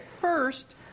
first